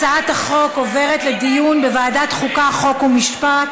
הצעת החוק עוברת לדיון בוועדת החוקה, חוק ומשפט.